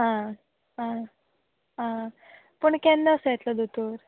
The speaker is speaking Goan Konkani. आं आं आं पूण केन्ना असो येतलो दोतोर